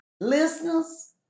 Listeners